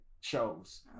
shows